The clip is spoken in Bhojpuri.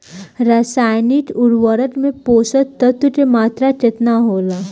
रसायनिक उर्वरक मे पोषक तत्व के मात्रा केतना होला?